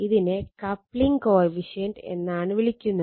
ഇതിനെ coupling coefficient എന്നാണ് വിളിക്കുന്നത്